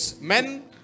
men